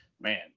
man